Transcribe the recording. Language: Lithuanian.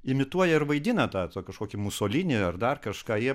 imituoja ir vaidina tą kažkokį musolinį ar dar kažką jie